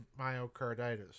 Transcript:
myocarditis